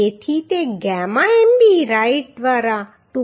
જેથી તે gamma MB right દ્વારા 2